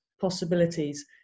possibilities